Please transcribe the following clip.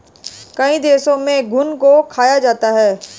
कई देशों में घुन को खाया जाता है